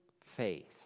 faith